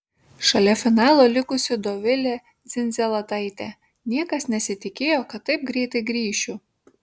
šalia finalo likusi dovilė dzindzaletaitė niekas nesitikėjo kad taip greitai grįšiu